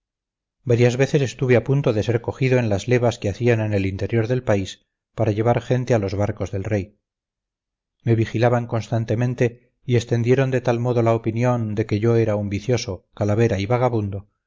varias veces estuve a punto de ser cogido en las levas que hacían en el interior del país para llevar gente a los barcos del rey me vigilaban constantemente y extendieron de tal modo la opinión de que yo era un vicioso calavera y vagabundo